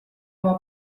oma